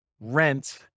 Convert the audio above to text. rent